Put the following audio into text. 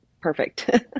perfect